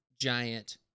giant